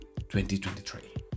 2023